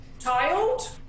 Tiled